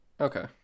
okay